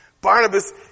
Barnabas